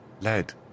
Lead